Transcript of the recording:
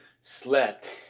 slept